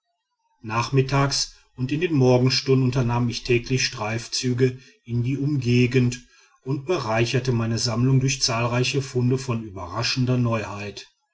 nachmittags und in den morgenstunden unternahm ich täglich streifzüge in die umgegend und bereicherte meine sammlung durch zahlreiche funde von überraschender neuheit